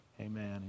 Amen